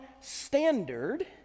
standard